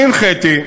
אני הנחיתי,